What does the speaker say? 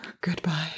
Goodbye